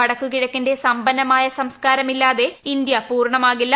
വടക്കു കിഴക്കിന്റെ സമ്പന്നമായ സംസ്ക്കാരമില്ലാതെ ഇന്ത്യ പൂർണമാകില്ല